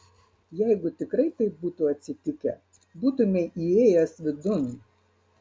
jeigu tikrai taip būtų atsitikę būtumei įėjęs vidun